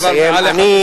כי,